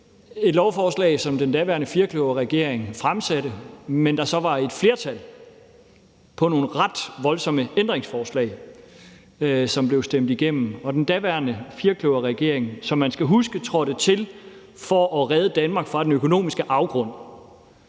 et lovforslag, som den daværende firkløverregering fremsatte, men der var så et flertal for nogle ret voldsomme ændringsforslag, som blev stemt igennem. Og den daværende firkløverregering, som man skal huske trådte til for at redde Danmark fra den økonomiske afgrund,